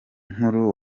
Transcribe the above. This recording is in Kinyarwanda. nkuru